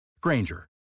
Granger